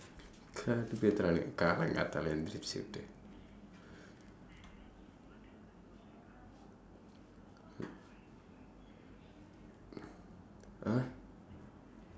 கடுப்பேத்துறானுங்க காலங்காத்தால ஏஞ்சுப்புட்டு:kaduppeeththuraanungkee kaalangkaaththaala eenjsupputdu !huh!